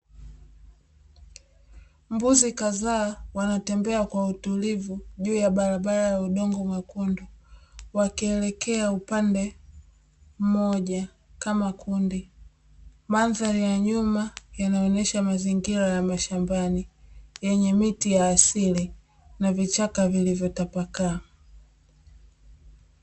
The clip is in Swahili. Mbuzi kadhaa wanatembea kwa utulivu juu ya barabara ya udongo mwekundu, wakielekea upande mmoja kama kundi. Mandhari ya nyuma yanaonyesha mazingira ya mashambani yenye miti ya asili na vichaka vilivyotapakaa.